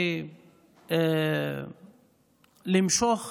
ולמשוך